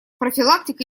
профилактика